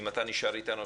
אם אתה נשאר איתנו,